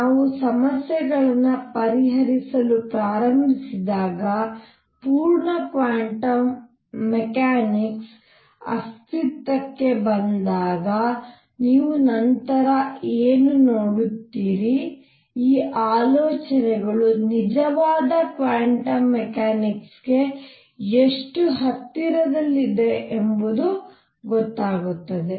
ನಾವು ಸಮಸ್ಯೆಗಳನ್ನು ಪರಿಹರಿಸಲು ಪ್ರಾರಂಭಿಸಿದಾಗ ಪೂರ್ಣ ಕ್ವಾಂಟಮ್ ಮೆಕ್ಯಾನಿಕ್ಸ್ ಅಸ್ತಿತ್ವಕ್ಕೆ ಬಂದಾಗ ನೀವು ನಂತರ ಏನು ನೋಡುತ್ತೀರಿ ಈ ಆಲೋಚನೆಗಳು ನಿಜವಾದ ಕ್ವಾಂಟಮ್ ಮೆಕ್ಯಾನಿಕ್ಸ್ಗೆ ಎಷ್ಟು ಹತ್ತಿರದಲ್ಲಿವೆ ಎಂಬುದು ಗೊತ್ತಾಗುತ್ತದೆ